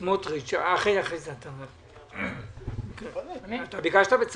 חבר הכנסת סמוטריץ', בבקשה.